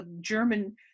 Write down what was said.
German